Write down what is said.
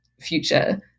future